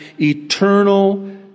eternal